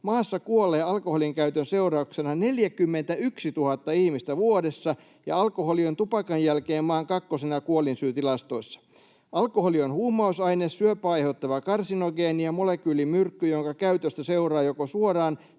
maassa kuolee alkoholin käytön seurauksena 41 000 ihmistä vuodessa ja alkoholi on tupakan jälkeen maan kakkosena kuolinsyytilastoissa. ’Alkoholi on huumausaine, syöpää aiheuttava karsinogeeni ja molekyylimyrkky, jonka käytöstä seuraa joko suoraan